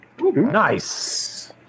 Nice